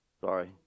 Sorry